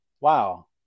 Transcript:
wow